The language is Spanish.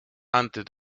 antes